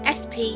sp